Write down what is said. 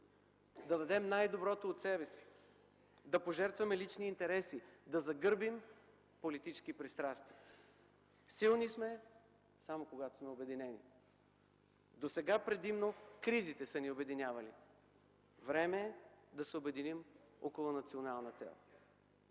да дадем най-доброто от себе си, да пожертваме лични интереси, да загърбим политически пристрастия. Силни сме само когато сме обединени. Досега предимно кризите са ни обединявали. Време е да се обединим около национална цел.